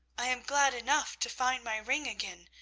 i am glad enough to find my ring again,